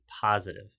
positive